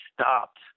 stopped